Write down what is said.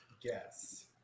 Yes